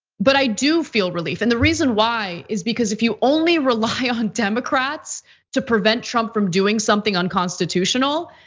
but i do feel relief, and the reason why is, because if you only rely on democrats to prevent trump from doing something unconstitutional,